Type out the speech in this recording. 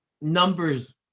numbers